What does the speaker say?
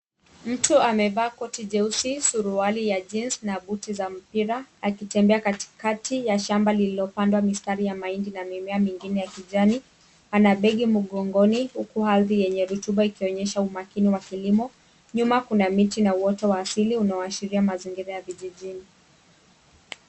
Mtu amevaa koti jeusi, suruali ya jeans na buti za mpira akitembea katikati ya shamba lililopandwa mistari ya mahindi na mimea mingine ya kijani. Ana begi mgongoni huku ardhi yenye rotuba ikionyesha umakini wa kilimo. Nyuma kuna miti na uoto wa asili unaashiria mazingira ya vijijini.